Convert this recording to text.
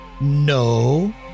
No